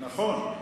נכון.